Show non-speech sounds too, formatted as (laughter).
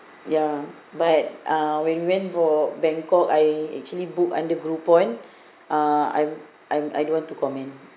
ya but uh when went for bangkok I actually book under groupon (breath) uh I'm I'm I don't want to comment